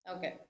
Okay